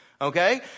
okay